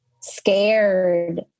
scared